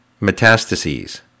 Metastases